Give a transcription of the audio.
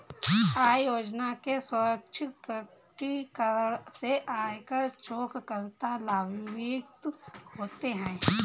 आय योजना के स्वैच्छिक प्रकटीकरण से आयकर चूककर्ता लाभान्वित होते हैं